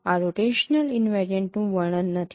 આ રોટેશનલ ઈનવેરિયન્ટનું વર્ણન નથી